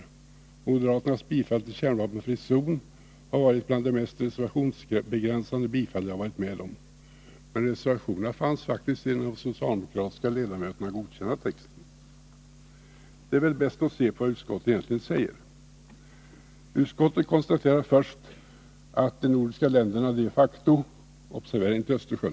Han sade där att moderaternas bifall till kärnvapenfri zon var ett bland de mest reservationsbegränsade bifall han varit med om. Men reservationerna fanns faktiskt i den av de socialdemokratiska ledamöterna godkända texten. Det är bäst att se på vad utskottet egentligen säger. Utskottet konstaterar för det första att de nordiska länderna — observera att man här inte talar om Östersjön!